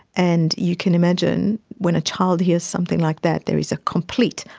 and you can imagine when a child hears something like that, there is a complete,